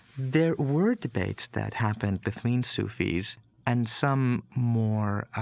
there were debates that happened between sufis and some more